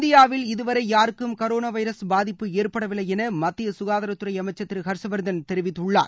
இந்தியாவில் இதுவரை யாருக்கும் கரோனா வைரஸ் பாதிப்பு ஏற்படவில்லை என மத்திய க்காதாரத்துறை அமைச்சர் திரு ஹர்ஷ்வர்தன் தெரிவித்துள்ளார்